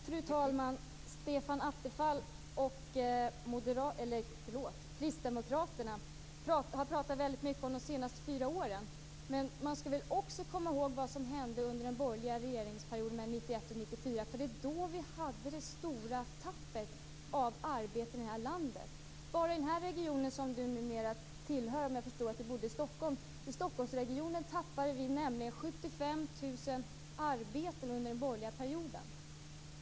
Fru talman! Stefan Attefall och kristdemokraterna har talat väldigt mycket om de senaste fyra åren. Men man skall väl också komma ihåg vad som hände under den borgerliga regeringsperioden mellan 1991 och 1994. Det var ju då som vi hade det stora tappet av arbeten i det här landet. Bara i denna region - som väl Stefan Attefall numera tillhör, för såvitt jag förstår bor han numera i Stockholm - tappade vi nämligen 75 000 arbeten under den borgerliga perioden.